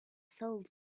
sold